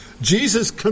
Jesus